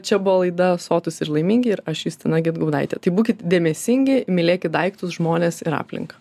čia buvo laida sotūs ir laimingi ir aš justina gedgaudaitė tai būkit dėmesingi mylėkit daiktus žmones ir aplinką